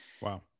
Wow